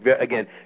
again